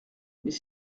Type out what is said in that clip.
mais